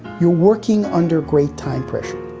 you're working under great time pressure.